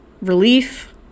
relief